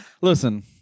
Listen